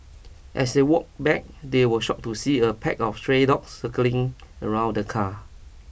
as they walked back they were shocked to see a pack of stray dogs circling around the car